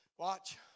Watch